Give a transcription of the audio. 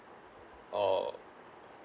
oh